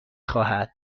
خواهد